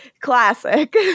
Classic